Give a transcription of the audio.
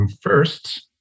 first